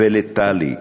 ולטלי,